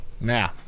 Now